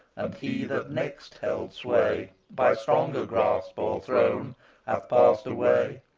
and he that next held sway, by stronger grasp o'erthrown hath pass'd away!